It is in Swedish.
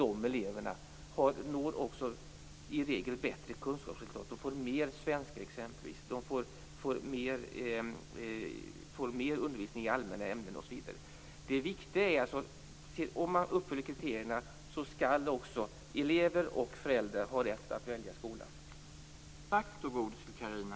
Dessa elever når också i regel bättre kunskapsresultat. De lär sig mer svenska och får mer undervisning i allmänna ämnen. Om man uppfyller kriterierna skall också elever och föräldrar ha rätt att välja skola.